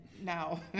now